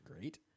great